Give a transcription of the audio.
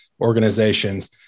organizations